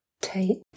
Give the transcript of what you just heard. Take